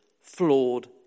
flawed